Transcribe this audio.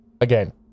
again